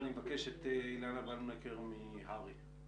ואני אבקש את אילנה בלמקר מהר"י,